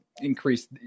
increase